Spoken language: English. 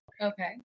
Okay